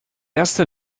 erste